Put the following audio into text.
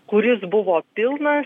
kuris buvo pilnas